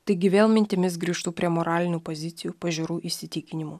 taigi vėl mintimis grįžtu prie moralinių pozicijų pažiūrų įsitikinimų